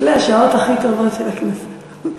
אלה השעות הכי טובות של הכנסת,